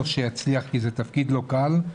זה תפקיד לא קל.